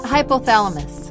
Hypothalamus